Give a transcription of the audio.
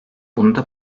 bunda